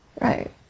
Right